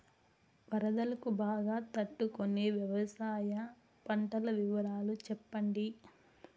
వరదలకు బాగా తట్టు కొనే వ్యవసాయ పంటల వివరాలు చెప్పండి?